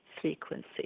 frequency